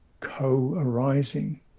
co-arising